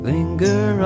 Linger